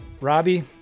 Robbie